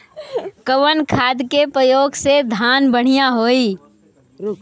कवन खाद के पयोग से धान बढ़िया होई?